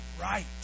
right